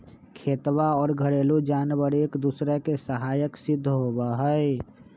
खेतवा और घरेलू जानवार एक दूसरा के सहायक सिद्ध होबा हई